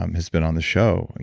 um has been on the show,